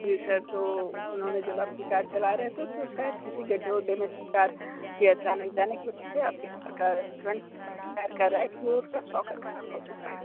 जी sir तो उन्होंने जब आपकी कार चला रहे थे तो शायद किसी गड्डे वड्डे में कार के अचानक जाने के वजह से आपके कार का फ्रंट टायर का राइट फ्लोर का शॉकर ख़राब हो चुका है